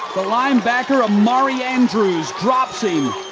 linebacker, amari andrews, drops him.